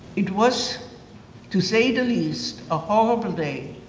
it was to say the least, a horrible day.